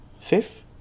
fifth